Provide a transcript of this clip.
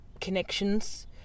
connections